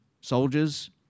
soldiers